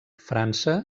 frança